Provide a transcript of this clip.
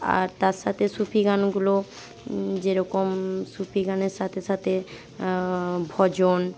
আর তার সাথে সুফি গানগুলোও যেরকম সুফি গানের সাথে সাথে ভজন